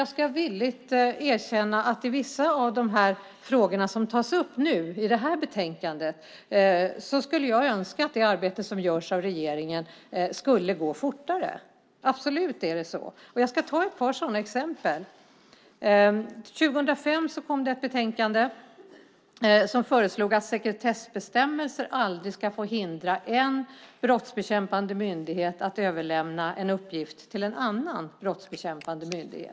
Jag ska villigt erkänna att jag i vissa av de frågor som tas upp i detta betänkande skulle önska att det arbete som görs av regeringen gick fortare. Det är absolut så. Jag ska ta ett par sådana exempel. År 2005 kom ett betänkande som föreslog att sekretessbestämmelser aldrig ska få hindra en brottsbekämpande myndighet från att överlämna en uppgift till en annan brottsbekämpande myndighet.